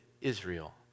Israel